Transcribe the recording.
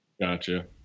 Gotcha